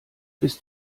bist